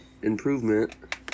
Improvement